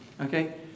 Okay